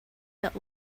that